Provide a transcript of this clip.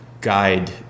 guide